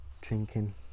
drinking